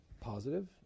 positive